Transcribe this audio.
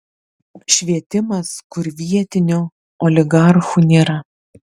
švietimas kur vietinių oligarchų nėra